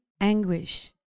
anguish